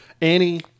Annie